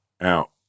out